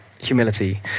humility